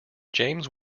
james